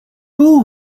two